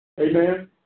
Amen